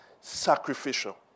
sacrificial